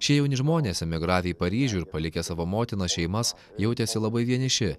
šie jauni žmonės emigravę į paryžių ir palikę savo motinos šeimas jautėsi labai vieniši